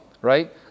right